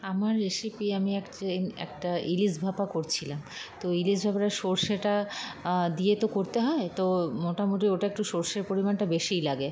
আমার রেসিপি আমি এক একটা ইলিশ ভাপা করছিলাম তো ইলিশ ভাপাটা সরষেটা দিয়ে তো করতে হয় তো মোটামুটি ওটা একটু সরষের পরিমাণটা বেশিই লাগে